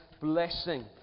blessing